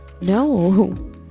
no